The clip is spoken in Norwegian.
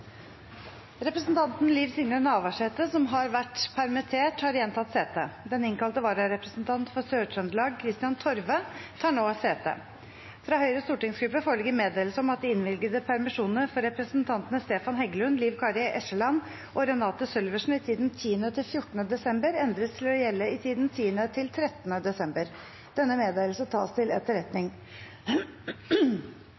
Representanten Liv Signe Navarsete , som har vært permittert, har igjen tatt sete. Den innkalte vararepresentant for Sør-Trøndelag, Kristian Torve , tar nå sete. Fra Høyres stortingsgruppe foreligger meddelelse om at de innvilgede permisjoner for representantene Stefan Heggelund , Liv Kari Eskeland og Renate Sølversen i tiden 10.–14. desember endres til å gjelde i tiden 10.–13. desember. – Denne meddelelse tas til